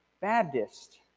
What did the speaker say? Baptist